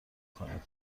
کنید